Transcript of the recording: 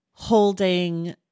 holding